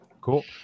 cool